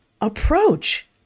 approach